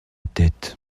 tête